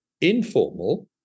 Informal